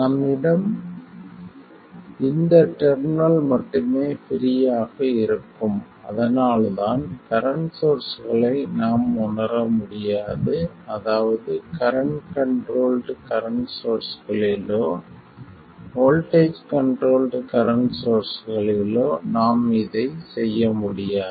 நம்மிடம் இந்த டெர்மினல் மட்டுமே ப்ரீ ஆக இருக்கும் அதனால்தான் கரண்ட் சோர்ஸ்களை நாம் உணர முடியாது அதாவது கரண்ட் கண்ட்ரோல்ட் கரண்ட் சோர்ஸ்களிலோ வோல்ட்டேஜ் கண்ட்ரோல்ட் கரண்ட் சோர்ஸ்களிலோ நாம் இதைச் செய்ய முடியாது